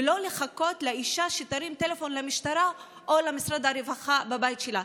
ולא לחכות שאישה תרים טלפון למשטרה או למשרד הרווחה בבית שלה.